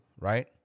right